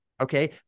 Okay